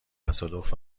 تصادف